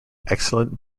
excellent